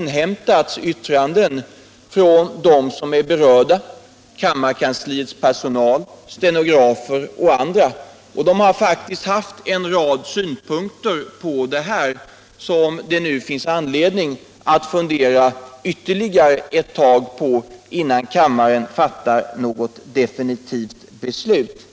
inhämtats yttranden från dem som är berörda —- kammarkansliets personal, stenografer och andra — och de har haft en rad synpunkter på den här frågan som det nu finns anledning att fundera ytterligare ett tag över innan kammaren fattar något definitivt beslut.